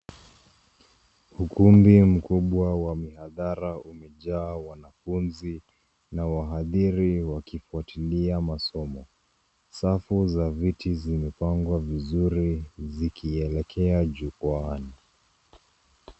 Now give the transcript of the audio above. Ukumbi mkubwa wa mihadara umejaa wanafunzi na wahatiri wakifwatilia masomo. Safu za viti zimepangwa vizuri zikielekea jukuwani.